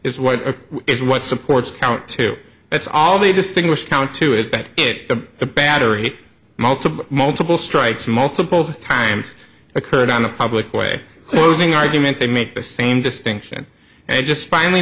is what is what supports count two that's all they distinguish count two is that it the battery multiple multiple strikes multiple times occurred on the public way closing argument they make the same distinction and i just finally